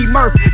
Murph